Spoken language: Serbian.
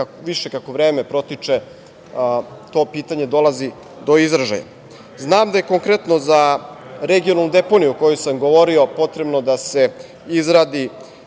više, kako vreme protiče, to pitanje dolazi do izražaja. Znam da je konkretno za Regionalnu deponiju o kojoj sam govorio potrebno da se izradi